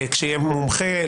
כשיהיה מומחה,